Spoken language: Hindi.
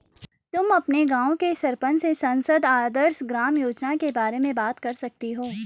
तुम अपने गाँव के सरपंच से सांसद आदर्श ग्राम योजना के बारे में बात कर सकती हो